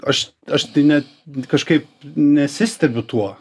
aš aš net kažkaip nesistebiu tuo